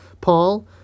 Paul